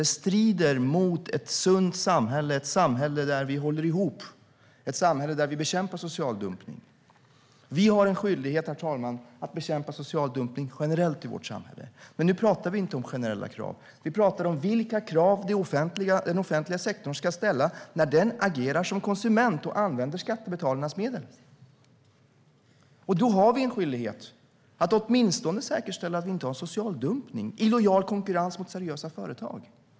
Det strider också mot ett sunt samhälle där vi håller ihop och bekämpar social dumpning. Vi har en skyldighet att bekämpa social dumpning generellt i vårt samhälle. Men nu talar vi inte om generella krav, utan vi talar om vilka krav den offentliga sektorn ska ställa när den agerar som konsument och använder skattebetalarnas medel. Vår skyldighet är att säkerställa att vi inte har social dumpning och illojal konkurrens mot seriösa företag.